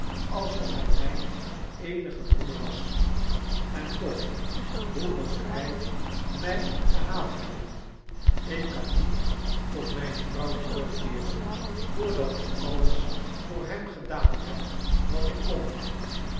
alsof hy myn eenige breeder was en toch hoe moet hij mij gehaat hebben ik kan niet tot mijne vrouw terugkeeren voordat ik alles voor hem gedaan heb wat ik kon